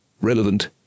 relevant